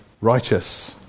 righteous